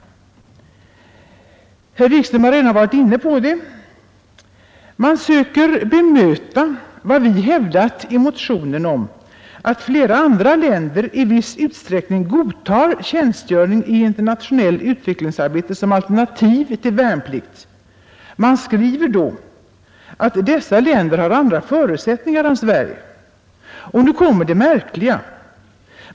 Herr Wikström har redan varit inne på det. Man söker bemöta vad vi hävdat i motionen om att flera andra länder i viss utsträckning godtar tjänstgöring i internationellt utvecklingsarbete som alternativ till värnplikt. Utskottet skriver då att dessa länder har andra förutsättningar än Sverige. Och nu kommer det märkliga.